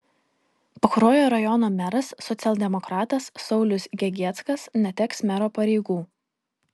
pakruojo rajono meras socialdemokratas saulius gegieckas neteks mero pareigų